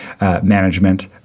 Management